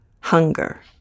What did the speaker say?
hunger